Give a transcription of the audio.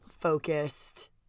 focused